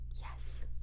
Yes